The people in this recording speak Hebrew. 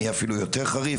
אני אהיה יותר חריף,